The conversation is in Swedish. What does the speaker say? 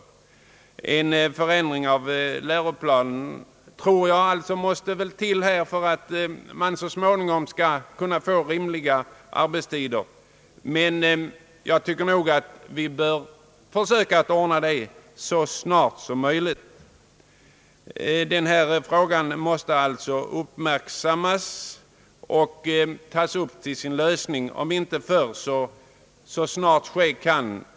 Jag tror att en förändring av läroplanen måste till här för att man så småningom skall kunna få rimliga arbetstider. Jag tycker att vi bör försöka ordna detta så snart som möjligt. Detta problem måste alltså uppmärksammas och tas upp till lösning så snart ske kan.